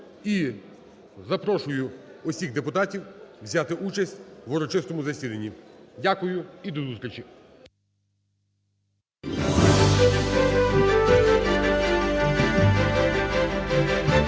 І запрошую всіх депутатів взяти участь в Урочистому засіданні. Дякую. І до зустрічі.